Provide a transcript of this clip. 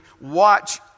watch